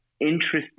interesting